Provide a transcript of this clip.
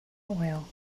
oil